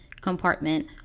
compartment